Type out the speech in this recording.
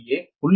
ஏ 0